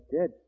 dead